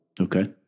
Okay